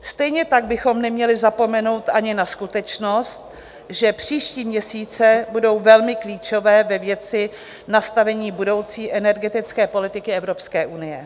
Stejně tak bychom neměli zapomenout ani na skutečnost, že příští měsíce budou velmi klíčové ve věci nastavení budoucí energetické politiky Evropské unie.